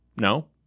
No